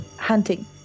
hunting